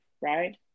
right